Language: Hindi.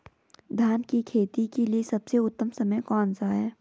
धान की खेती के लिए सबसे उत्तम समय कौनसा है?